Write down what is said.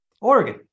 Oregon